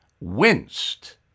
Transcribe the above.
winced